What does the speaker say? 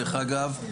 דרך אגב,